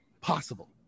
possible